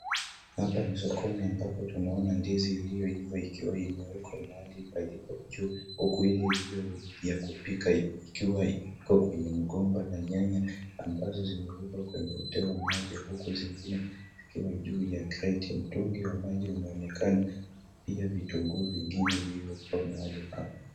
Hapa ni sokoni ambapo tunaona ndizi iliyoiva ikiwa imewekwa mahali palipo juu huku ile iliyo ya kupika ikiwa iko kwenye mgomba na nyanya ambazo zimewekwa kwenye uteo mmoja huku zingine zikiwa juu ya kreti. Mtungi wa maji unaonekana. Pia vitunguu vingine vilivyokua mahali hapa.